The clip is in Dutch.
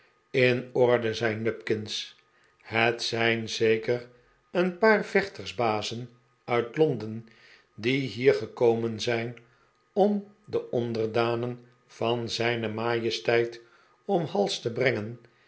in orde zei nupkins het zijn zeker een paar vechtersbazen uit lohden die hier gekomen zijn om de onderdanen van zijne majesteit om hals te brengen